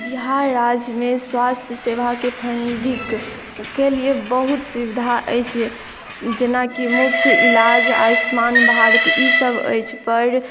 बिहार राज्यमे स्वास्थ्य सेवाके के लिए बहुत सुबिधा अछि जेना कि मुफ्त इलाज आयुष्मान भारत इसब अइछ पर